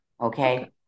Okay